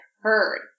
heard